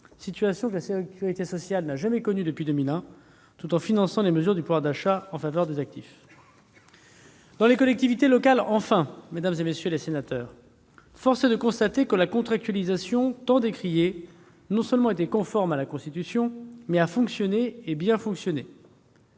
situation que la sécurité sociale n'a pas connue depuis 2001 -, tout en finançant les mesures de pouvoir d'achat en faveur des actifs. Dans les collectivités territoriales, mesdames, messieurs les sénateurs, force est de constater que la contractualisation, tant décriée, était conforme à la Constitution et qu'elle a bien fonctionné.